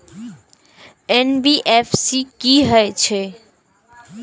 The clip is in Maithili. एन.बी.एफ.सी की हे छे?